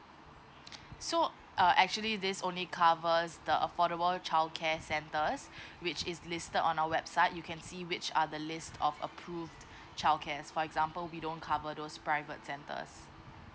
so uh actually this only covers the affordable childcare centers which is listed on our website you can see which are the list of approve childcares for example we don't cover those private centres